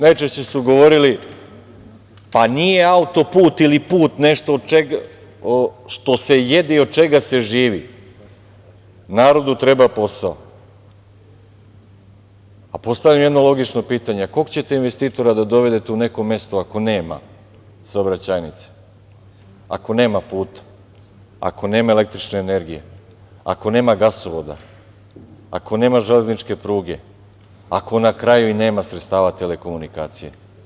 Najčešće su govorili – pa, nije autoput ili put nešto što se jede i od čega se živi, narodu treba posao, pa postavljam jedno logično pitanje – a koliko ćete investitora da dovedete u nekom mestu ako nema saobraćajnice, ako nema puta, ako nema električne energije, ako nema gasovoda, ako nema železničke pruge, ako na kraju i nema sredstava telekomunikacije?